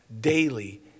daily